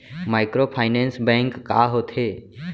Microfinance bank का होथे?